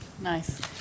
Nice